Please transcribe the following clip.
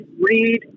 read